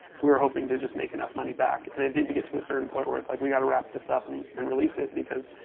we were hoping to just make enough money back. and it did get to a certain point where it's like, we gotta wrap this up and and release it because,